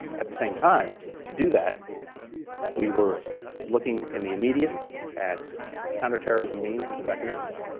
at the same time, to do that we were looking in the immediate at counterterrorism means and mechanisms,